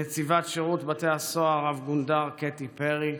נציבת שירות בתי הסוהר רב-גונדר קטי פרי,